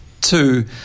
two